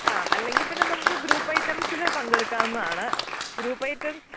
ആ അല്ലെങ്കില് പിന്നെ നമുക്ക് ഗ്രൂപ്പ് ഐറ്റംസില് പങ്കെടുക്കാവുന്നതാണ് ഗ്രൂപ്പ് ഐറ്റംസ്